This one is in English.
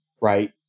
right